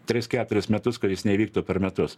tris keturis metus kuris neįvyktų per metus